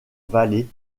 vallée